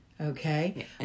okay